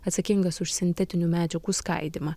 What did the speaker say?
atsakingas už sintetinių medžiagų skaidymą